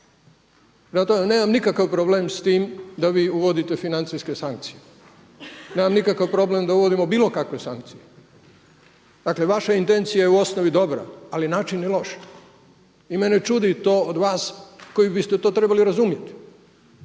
tome, nemam nikakav problem s tim da vi uvodite financijske sankcije, nemam nikakav problem da uvodimo bilo kakve sankcije. Dakle, vaša intencija je u osnovi dobra ali način je loš. I mene čudi to od vas koji biste to trebali razumjeti.